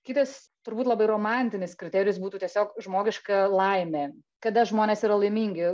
kitas turbūt labai romantinis kriterijus būtų tiesiog žmogiška laimė kada žmonės yra laimingi